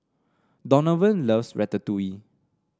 Donovan loves Ratatouille